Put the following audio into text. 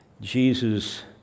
Jesus